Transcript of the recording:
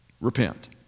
Repent